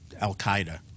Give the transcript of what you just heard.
Al-Qaeda